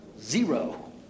Zero